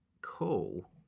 Cool